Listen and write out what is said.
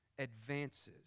advances